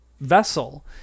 vessel